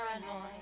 paranoid